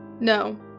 No